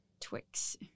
Twix